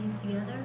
together